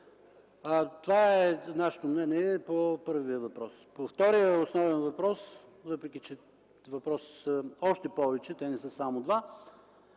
Това е нашето мнение по първия въпрос. Вторият основен въпрос, въпреки че въпросите са още повече, не са само два,